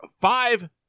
five